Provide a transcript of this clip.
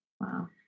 Wow